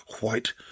white